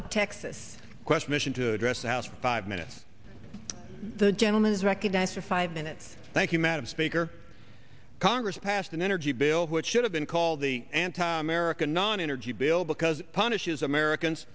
poet texas quest mission to address the house five minutes the gentleman is recognized for five minutes thank you madam speaker congress passed an energy bill which should have been called the anti american non energy bill because punishes americans